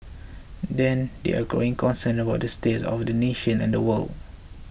then there are growing concerns about the state of the nation and the world